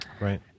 Right